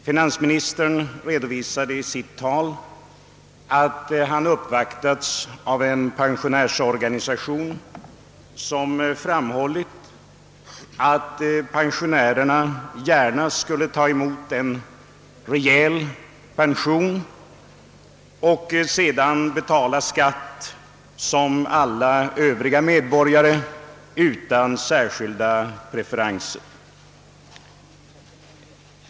Finansministern redovisade i sitt anförande att han hade uppvaktats av en pensionärsorganisation, som hade framhållit att pensionärerna gärna skulle ta emot en rejäl pensionshöjning och sedan betala skatt som alla övriga medborgare utan särskilda preferenser.